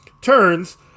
turns